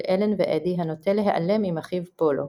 אלן ואדי הנוטה להיעלם עם אחיו פולו.